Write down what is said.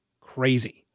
crazy